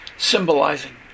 Symbolizing